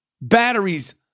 Batteries